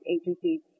agencies